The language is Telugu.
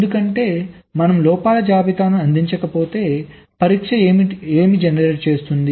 ఎందుకంటే మనం లోపాల జాబితాను అందించకపోతే పరీక్ష ఏమి జనరేటర్ చేస్తుంది